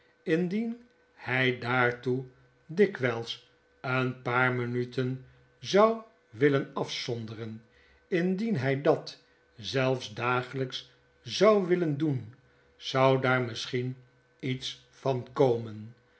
indien hij daartoe dikwijls een paar minuten zou willen afeonderen indien hy dat zelfs dagelyks zou willen doen zou daar misschien iets van komen